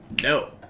No